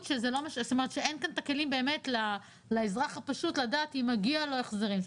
שאין כאן את הכלים באמת לאזרח הפשוט לדעת אם מגיע לו החזרים.